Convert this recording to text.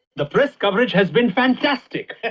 the press coverage has been fantastic!